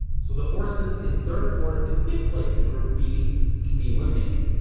so the horses in third, fourth, and fifth place in group b can be eliminated